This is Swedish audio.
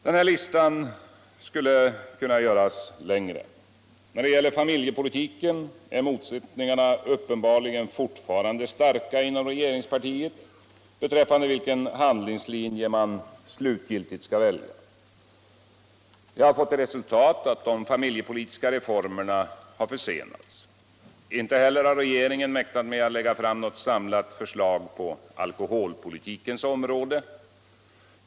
Den här listan skulle kunna göras längre. När det gäller familjepolitiken är motsättningarna uppenbarligen fortfarande starka inom regeringspartiet beträffande vilken handlingslinje man slutgiltigt skall välja. Det har fått till resultat att de familjepolitiska reformerna har försenats. Inte heller har regeringen mäktat med att lägga fram något samlat förslag på alkoholpolitikens område.